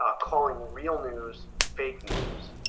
ah calling real news fake news